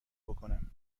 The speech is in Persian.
بکنم